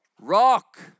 rock